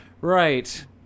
right